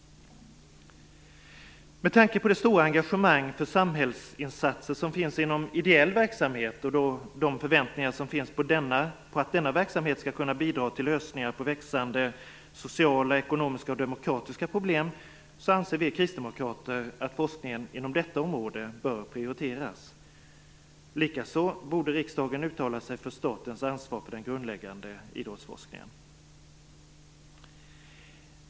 Med tanke på det stora engagemang för samhällsinsatser som finns inom ideell verksamhet och de förväntningar som finns på att denna verksamhet skall kunna bidra till lösningar på växande sociala, ekonomiska och demokratiska problem anser vi kristdemokrater att forskningen inom detta område bör prioriteras. Likaså borde riksdagen ha uttalat sig för statens ansvar för den grundläggande idrottsforskningen.